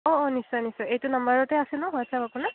অঁ অঁ নিশ্চয় নিশ্চয় এইটো নম্বৰতে আছে ন হোৱাটচএপ আপোনাৰ